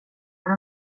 för